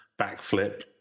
Backflip